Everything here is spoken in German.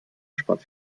spart